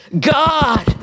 God